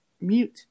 mute